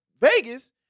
Vegas